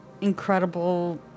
incredible